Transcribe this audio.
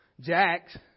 Jack's